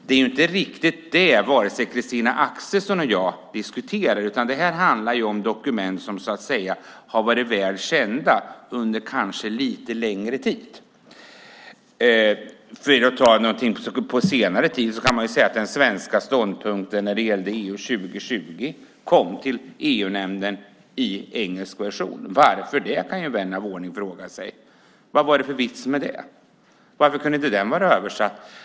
Det är inte riktigt det vare sig Christina Axelsson eller jag diskuterar. Detta handlar om dokument som har varit väl kända under kanske lite längre tid. För att ta något under senare tid kom den svenska ståndpunkten när det gäller EU 2020 till EU-nämnden i engelsk version. Varför, kan vän av ordning fråga sig? Vad var det för vits med det? Varför kunde inte den vara översatt?